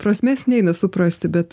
prasmės neina suprasti bet